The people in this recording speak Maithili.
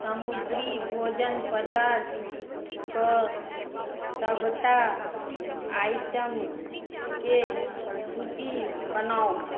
समुद्री भोजन पदार्थ कऽ सभटा आइटमके सूची बनाउ